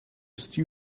stew